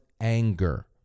anger